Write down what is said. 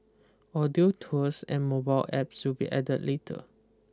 audio tours and mobile apps will be added later